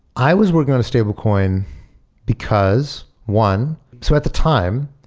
i was working on a stablecoin because, one so at the time,